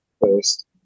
first